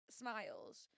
smiles